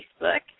Facebook